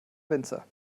winzer